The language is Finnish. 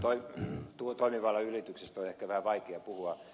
toimivallan ylityksestä on ehkä vähän vaikea puhua